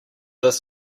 this